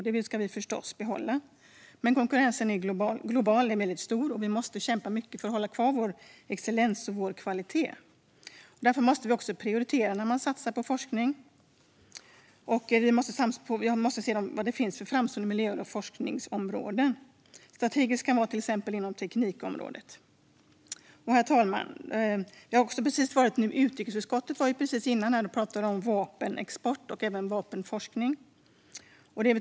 Det ska vi förstås behålla. Men konkurrensen är väldigt stor globalt. Vi måste kämpa mycket för att hålla kvar vår excellens och kvalitet. Därför måste vi också prioritera när vi satsar på forskning. Vi måste se vad det finns för framstående miljöer och forskningsområden. Det gäller strategiska mål inom till exempel teknikområdet. Herr talman! Utrikesutskottets ledamöter talade här precis innan om vapenexport och även vapenforskning.